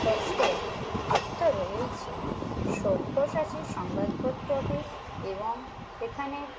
hostel তো রয়েইছে সব্যসাচী সংবাদপত্র অফিস এবং এখানের